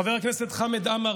חבר הכנסת חמד עמאר,